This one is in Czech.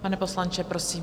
Pane poslanče, prosím.